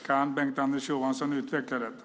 Kan Bengt-Anders Johansson utveckla detta?